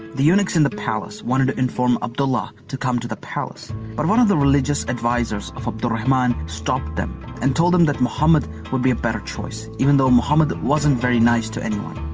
the eunuch in the palace wanted to inform abdullah to come to the palace but one of the religious advisors of abd al-rahman stopped them and told them muhammad would be a better choice, even though, muhammad wasn't very nice to anyone.